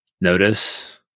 notice